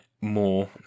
more